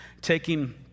taking